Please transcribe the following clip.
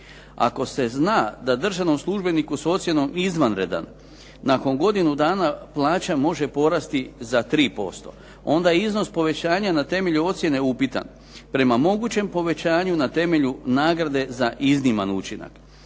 Ako se zna da državnom službeniku s ocjenom izvanredan nakon godinu dana plaća može porasti za 3%, onda je iznos povećanja na temelju ocjene upitan prema mogućem povećanju na temelju nagrade za izniman učinak.